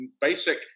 basic